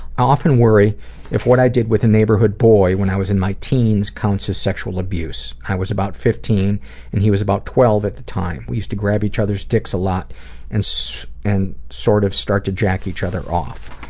i often worry if what i did with the neighborhood boy when i was in my teens counts as sexual abuse. i was about fifteen and he was about twelve at the time. we used to grab each other dicks a lot and so and sort of off started to jack each other off.